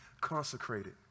consecrated